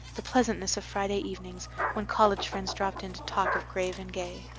the pleasantness of friday evenings when college friends dropped in to talk of grave and gay.